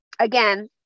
again